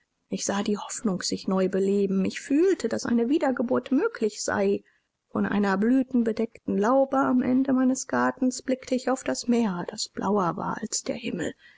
ich sah die hoffnung sich neu beleben ich fühlte daß eine wiedergeburt möglich sei von einer blütenbedeckten laube am ende meines garten blickte ich auf das meer das blauer war als der himmel